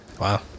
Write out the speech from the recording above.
Wow